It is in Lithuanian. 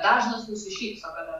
dažnas nusišypso kada